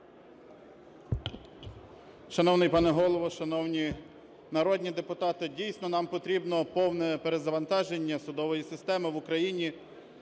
Шановний пане Голово, шановні народні депутати, дійсно, нам потрібно повне перезавантаження судової системи в Україні.